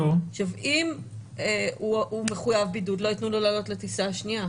עכשיו אם הוא מחויב בידוד לא ייתנו לו לעלות לטיסה השנייה,